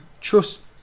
trust